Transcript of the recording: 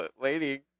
waiting